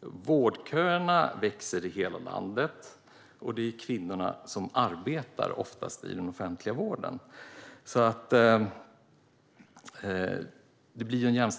Vårdköerna växer i hela landet, och det är oftast kvinnor som arbetar i den offentliga vården.